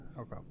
Okay